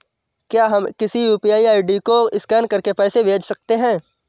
क्या हम किसी यू.पी.आई आई.डी को स्कैन करके पैसे भेज सकते हैं?